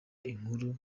inkuru